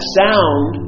sound